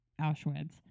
Auschwitz